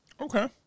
Okay